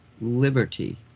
liberty